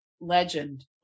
Legend